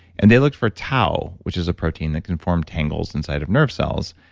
and they looked for tau, which is a protein that can form tangles inside of nerve cells.